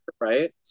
right